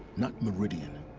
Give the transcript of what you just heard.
not meridian.